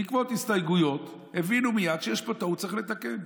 בעקבות ההסתייגויות הבינו מייד שיש פה טעות וצריך לתקן.